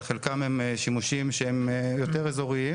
אבל חלקם הם שימושים שהם יותר אזוריים